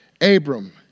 Abram